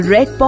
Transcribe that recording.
Red